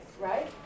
right